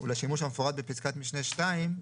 ולשימוש המפורט בפסקת משנה (2),